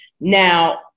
Now